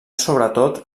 sobretot